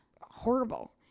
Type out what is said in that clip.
horrible